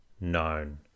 known